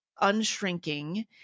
Unshrinking